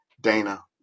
Dana